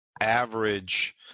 average